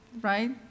right